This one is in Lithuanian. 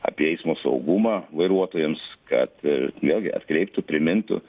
apie eismo saugumą vairuotojams kad vėlgi atkreiptų primintų